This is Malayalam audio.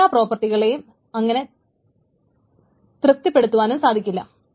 എല്ലാ പ്രോപ്പർട്ടികളെയും അങ്ങനെ തൃപ്തിപ്പെടുത്തുവാനും സാധിക്കുകയില്ല